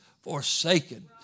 forsaken